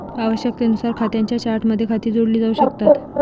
आवश्यकतेनुसार खात्यांच्या चार्टमध्ये खाती जोडली जाऊ शकतात